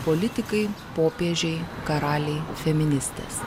politikai popiežiai karaliai feministės